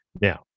Now